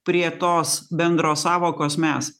prie tos bendros sąvokos mes